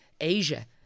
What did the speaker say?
Asia